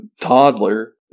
toddler